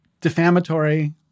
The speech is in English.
defamatory